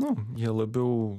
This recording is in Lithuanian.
nu jie labiau